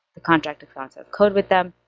the contract accounts have code with them.